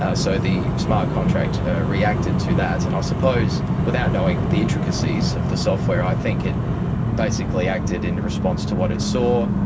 ah so the smart contract reacted to that, and i suppose without knowing the intricacies of the software, i think it basically acted in response to what it saw.